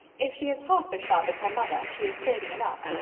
if she is half as sharp as her mother, she is saving enough.